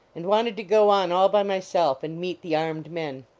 and wanted to go on all by myself and meet the armed men.